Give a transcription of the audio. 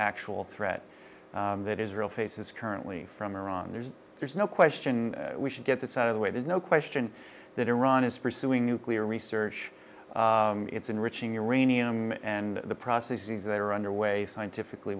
actual threat that israel faces currently from iran there's there's no question we should get this out of the way there's no question that iran is pursuing nuclear research it's enriching uranium and the processes that are underway scientifically